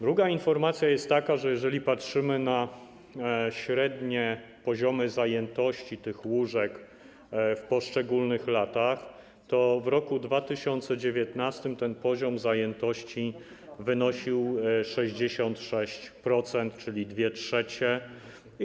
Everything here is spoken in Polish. Druga informacja jest taka, że jeżeli patrzymy na średnie poziomy zajętości tych łóżek w poszczególnych latach, to widzimy, że w roku 2019 ten poziom zajętości wynosił 66%, czyli 2/3.